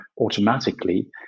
automatically